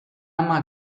ama